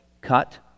cut